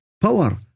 power